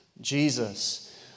Jesus